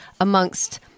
amongst